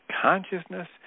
Consciousness